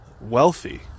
wealthy